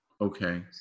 Okay